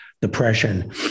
depression